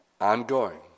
ongoing